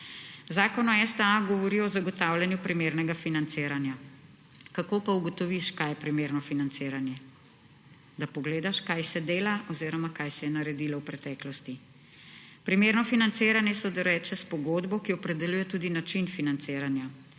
Zakon o STA govori o zagotavljanju primernega financiranja. Kako pa ugotoviš, kaj je primerno financiranje? Da pogledaš, kaj se dela oziroma kaj se je naredilo v preteklosti. Primerno financiranje se doreče s pogodbo, ki opredeljuje tudi način financiranja.